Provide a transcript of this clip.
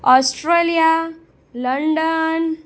Australia London